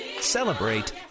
celebrate